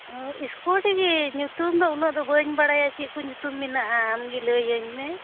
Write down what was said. ᱚᱻ ᱤᱥᱠᱩᱴᱤ ᱜᱮ ᱧᱩᱛᱩᱢ ᱫᱚ ᱩᱱᱟᱹᱜ ᱫᱚ ᱵᱟᱹᱧ ᱵᱟᱲᱟᱭᱟ ᱪᱮᱫ ᱠᱚ ᱧᱩᱛᱩᱢ ᱢᱮᱱᱟᱜᱼᱟ ᱟᱢ ᱜᱮ ᱞᱟᱹᱭᱟᱹᱧ ᱢᱮ